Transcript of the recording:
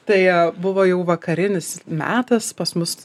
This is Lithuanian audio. tai buvo jau vakarinis metas pas mus